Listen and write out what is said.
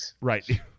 right